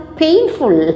painful